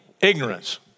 ignorance